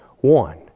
One